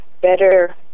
better